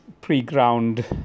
pre-ground